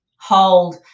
hold